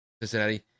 Cincinnati